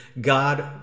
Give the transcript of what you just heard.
God